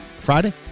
Friday